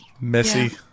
Messy